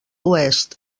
oest